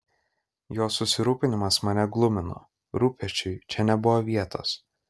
jo susirūpinimas mane glumino rūpesčiui čia nebuvo vietos